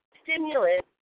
stimulus